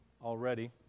already